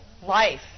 Life